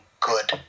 good